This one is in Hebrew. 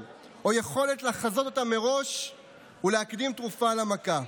או יכולת לחזות אותם מראש ולהקדים תרופה למכה.